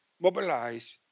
mobilize